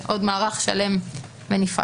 זה עוד מערך שלם בנפרד.